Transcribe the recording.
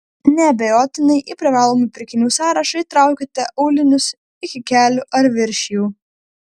neabejotinai į privalomų pirkinių sąrašą įtraukite aulinius iki kelių ar virš jų